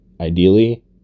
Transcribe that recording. ideally